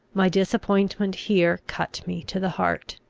my disappointment here cut me to the heart.